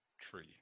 tree